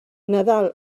nadal